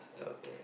okay